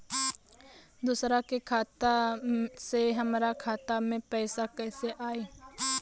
दूसरा के खाता से हमरा खाता में पैसा कैसे आई?